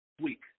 week